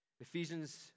Ephesians